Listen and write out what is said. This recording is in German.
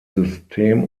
system